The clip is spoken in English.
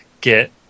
get